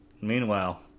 meanwhile